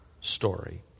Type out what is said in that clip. story